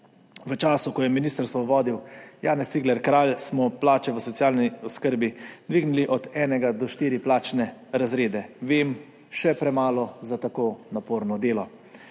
V času, ko je ministrstvo vodil Janez Cigler Kralj, smo plače v socialni oskrbi dvignili za od enega do štirih plačnih razredov; vem, še premalo za tako naporno delo.